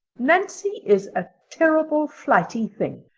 nancy is a terrible flighty thing.